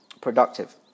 productive